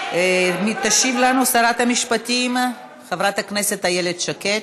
תשיב לנו שרת המשפטים חברת הכנסת איילת שקד.